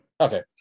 Okay